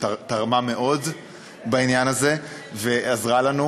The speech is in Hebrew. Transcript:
שתרמה מאוד בעניין הזה ועזרה לנו,